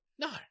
no